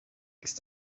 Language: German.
ist